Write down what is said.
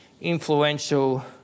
influential